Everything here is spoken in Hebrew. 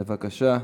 בבקשה.